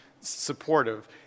supportive